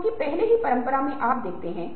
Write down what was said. कहो हम एक समस्या दे रहे हैं